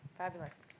Fabulous